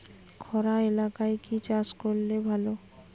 খরা এলাকায় কি চাষ করলে ভালো?